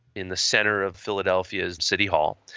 in the center of philadelphia's city hall,